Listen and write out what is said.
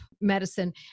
medicine